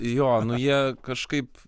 jo nu jie kažkaip